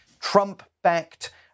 Trump-backed